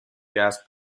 gas